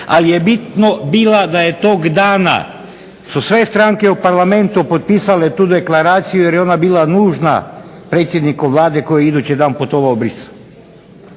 ali je bitno bila da je tog dana su sve stranke u Parlamentu potpisale tu deklaraciju jer je ona bila nužna predsjedniku Vlade koji je idući dan putovao